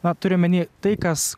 na turiu omeny tai kas